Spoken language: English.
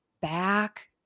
back